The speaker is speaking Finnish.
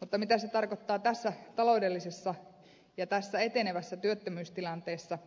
mutta mitä se tarkoittaa tässä taloudellisessa ja tässä etenevässä työttömyystilanteessa